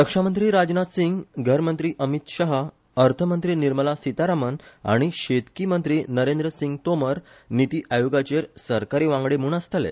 रक्षामंत्री राजनाथ सिंग घरमंत्री अमित शहा अर्थमंत्री निर्मला सितारामन आनी शेतकी मंत्री नरेंद्र सिंग तोमर निती आयोगाचेर सरकारी वांगडी म्हण आसतले